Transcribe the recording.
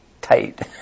tight